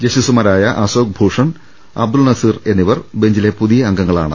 ജസ്റ്റിസ്മാരായ അശോക് ഭൂഷൺ അബ്ദുൾ നസീർ എന്നിവർ ബഞ്ചിലെ പുതിയ അംഗ ങ്ങളാണ്